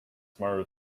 smarter